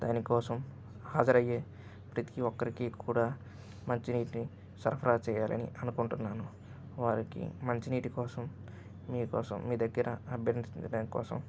దానికోసం హాజరయ్యే ప్రతి ఒక్కరికి కూడా మంచినీటిని సరఫరా చేయాలని అనుకుంటున్నాను వారికి మంచినీటి కోసం మీ కోసం మీ దగ్గర అభ్యర్థించడాని కోసం